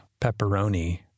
pepperoni